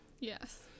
Yes